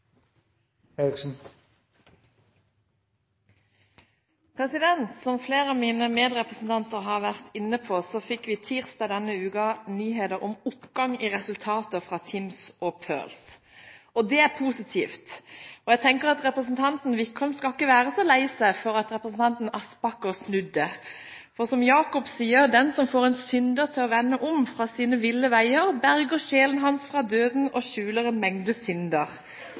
omme. Som flere av mine medrepresentanter har vært inne på, fikk vi tirsdag denne uken nyheter om oppgang i resultatene fra TIMSS og PIRLS. Det er positivt, og jeg tenker at representanten Wickholm ikke skal være så lei seg for at representanten Aspaker snudde, for som Jakob sier: «Den som får en synder til å vende om fra sine ville veier, berger sjelen hans fra døden og skjuler en mengde synder.»